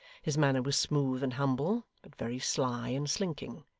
his manner was smooth and humble, but very sly and slinking.